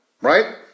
right